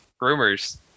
Rumors